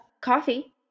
Coffee